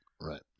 right